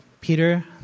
Peter